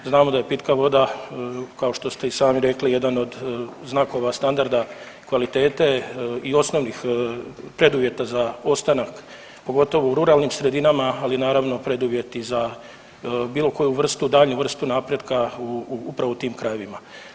Znamo da je pitka voda kao što ste i sami rekli jedan od znakova standarda kvalitete i osnovnih preduvjeta za ostanak, pogotovo u ruralnim sredinama, ali naravno i preduvjet i za bilo koju vrstu, daljnju vrstu napretka upravo u tim krajevima.